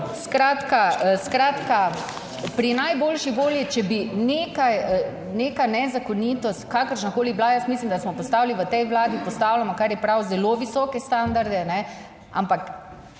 Skratka, pri najboljši volji, če bi nekaj, neka nezakonitost, kakršnakoli bila, jaz mislim, da smo postavili v tej vladi, postavljamo, kar je prav, zelo visoke standarde, ampak